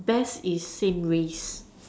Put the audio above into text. best is same race